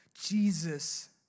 Jesus